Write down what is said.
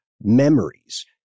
memories